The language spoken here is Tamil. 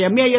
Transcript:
எம்ஏஎஸ்